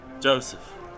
Joseph